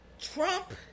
Trump